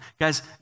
Guys